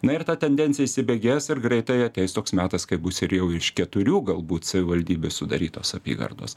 na ir ta tendencija įsibėgės ir greitai ateis toks metas kai bus ir jau iš keturių galbūt savivaldybių sudarytos apygardos